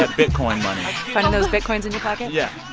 ah bitcoin money finding those bitcoins in your pocket yeah.